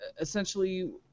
essentially